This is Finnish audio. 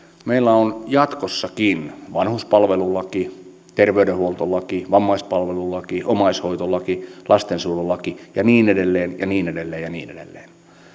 meillä on jatkossakin vanhuspalvelulaki terveydenhuoltolaki vammaispalvelulaki omaishoitolaki lastensuojelulaki ja niin edelleen ja niin edelleen ja niin edelleen